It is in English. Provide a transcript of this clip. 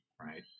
right